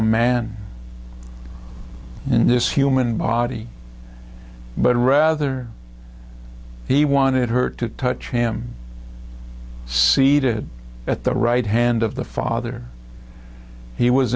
a man in this human body but rather he wanted her to touch him seated at the right hand of the father he was